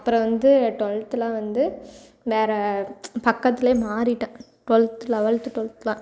அப்புறம் வந்து டுவெல்த்தில் வந்து வேறு பக்கத்துலேயே மாறிட்டேன் டுவெல்த்தில் லெவெல்த் டுவெல்த்துலாம்